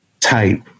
type